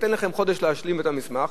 ניתן לכם חודש להשלים את המסמך,